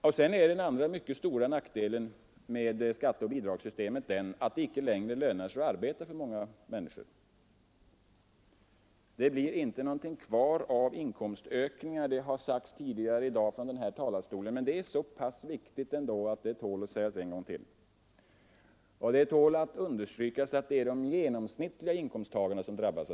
För det andra är det en mycket stor nackdel med skatteoch bidragssystemet att det för många människor inte längre lönar sig att arbeta. Det blir inte någonting kvar av inkomstökningarna — det har sagts tidigare i dag från denna talarstol, men jag tycker ändå det är så viktigt att det tål att sägas en gång till. Och det tål att understrykas att det är de genomsnittliga inkomsttagarna som drabbas.